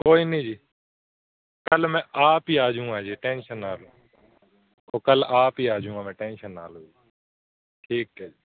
ਕੋਈ ਨਹੀਂ ਜੀ ਕੱਲ੍ਹ ਮੈਂ ਆਪ ਹੀ ਆ ਜਾਊਗਾ ਜੇ ਟੈਂਸ਼ਨ ਨਾ ਲਉ ਉਹ ਕੱਲ੍ਹ ਆਪ ਹੀ ਆਜੂਗਾ ਮੈਂ ਟੈਂਸ਼ਨ ਨਾ ਲਉ ਜੀ ਠੀਕ ਹੈ ਜੀ